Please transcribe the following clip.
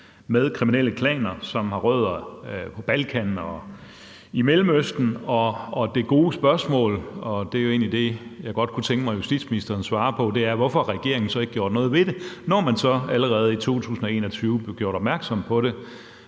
med kriminelle klaner, som har rødder på Balkan og i Mellemøsten. Det gode spørgsmål – og det er jo egentlig det, jeg godt kunne tænke mig at justitsministeren svarede på – er, hvorfor regeringen så ikke har gjort noget ved det, når man allerede i 2021 blev gjort opmærksom på af